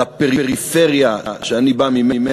על הפריפריה, ואני בא ממנה,